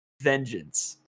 vengeance